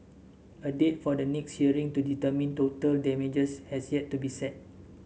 a date for the next hearing to determine total damages has yet to be set